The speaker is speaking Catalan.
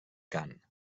cant